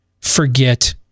forget